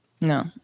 No